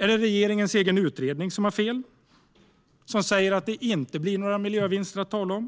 Har regeringens egen utredning fel? Den säger att det inte blir några miljövinster att tala om.